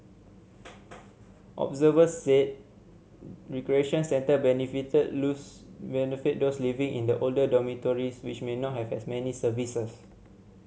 observer said recreation centre benefit lose benefit those living in the older dormitories which may not have as many services